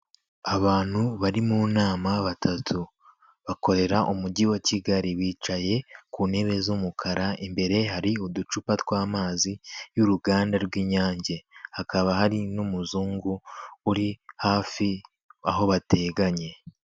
Abantu bari mu nama batatu, bakorera umujyi wa Kigali, bicaye ku ntebe z'umukara imbere hari uducupa tw'amazi y'uruganda rw'Inyange, hakaba hari n'umuzungu uri hafi aho bateganye.